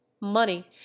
money